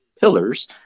pillars